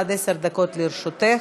עד עשר דקות לרשותך.